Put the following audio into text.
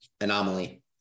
anomaly